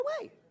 away